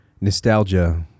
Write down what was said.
nostalgia